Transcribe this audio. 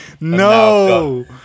No